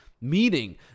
Meaning